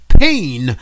pain